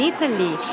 Italy